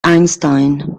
einstein